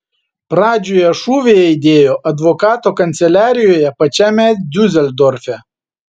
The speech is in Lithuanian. pradžioje šūviai aidėjo advokato kanceliarijoje pačiame diuseldorfe